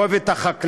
אוהב את החקלאות,